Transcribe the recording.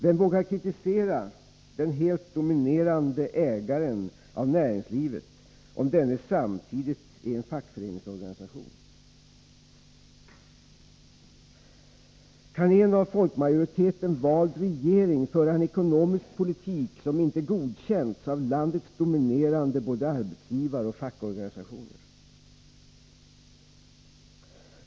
Vem vågar kritisera den helt dominerande ägaren av näringslivet, om denne samtidigt är fackföreningsorganisation? Kan en av folkmajoriteten vald regering föra en ekonomisk politik som inte godkänts av landets dominerande både arbetsgivareoch fackorganisation?